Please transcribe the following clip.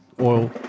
oil